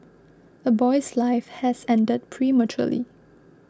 a boy's life has ended prematurely